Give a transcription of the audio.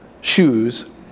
shoes